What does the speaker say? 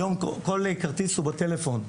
היום כל כרטיס הוא בטלפון.